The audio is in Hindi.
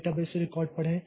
डेटाबेस से रिकॉर्ड पढ़ें